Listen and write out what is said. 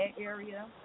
area